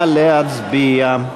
נא להצביע.